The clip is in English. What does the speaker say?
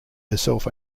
herself